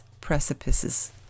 precipices